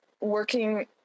working